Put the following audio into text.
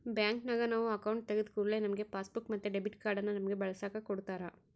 ಬ್ಯಾಂಕಿನಗ ನಾವು ಅಕೌಂಟು ತೆಗಿದ ಕೂಡ್ಲೆ ನಮ್ಗೆ ಪಾಸ್ಬುಕ್ ಮತ್ತೆ ಡೆಬಿಟ್ ಕಾರ್ಡನ್ನ ನಮ್ಮಗೆ ಬಳಸಕ ಕೊಡತ್ತಾರ